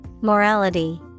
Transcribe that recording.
Morality